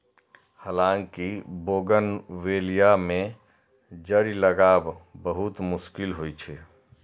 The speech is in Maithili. हालांकि बोगनवेलिया मे जड़ि लागब बहुत मुश्किल होइ छै